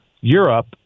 Europe